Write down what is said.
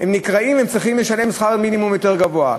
והם צריכים עכשיו לשלם שכר מינימום יותר גבוה.